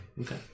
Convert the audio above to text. Okay